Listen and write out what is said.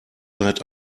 seid